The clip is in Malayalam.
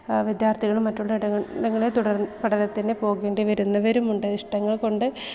വിദ്യാർത്ഥികൾ മറ്റുള്ള ഇടങ്ങൾ ഇടങ്ങളെ തുടർ പഠനതിന് പോകേണ്ടി വരുന്നവരുമുണ്ട് ഇഷ്ടങ്ങൾ കൊണ്ട്